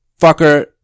fucker